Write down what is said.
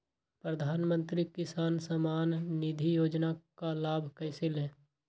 प्रधानमंत्री किसान समान निधि योजना का लाभ कैसे ले?